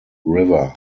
river